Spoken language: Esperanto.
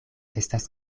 estas